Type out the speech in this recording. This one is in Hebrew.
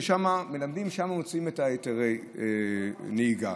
ושם מלמדים ומוציאים את היתרי הנהיגה.